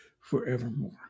forevermore